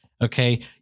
Okay